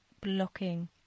blocking